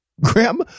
Graham